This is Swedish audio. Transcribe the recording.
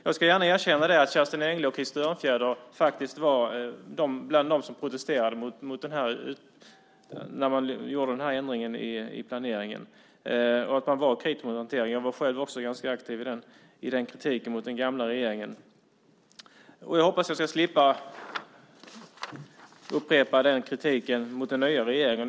Jag ska gärna erkänna att Kerstin Engle och Krister Örnfjäder var bland dem som protesterade när man gjorde ändringen i planeringen och var kritiska mot hanteringen. Jag var själv också ganska aktiv i den kritiken mot den gamla regeringen. Jag hoppas att jag ska slippa upprepa kritiken mot den nya regeringen.